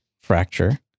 fracture